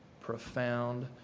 profound